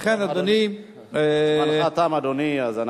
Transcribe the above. לכן, אדוני, זמנך תם, אדוני.